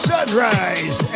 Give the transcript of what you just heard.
Sunrise